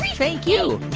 thank you